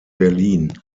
berlin